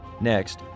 Next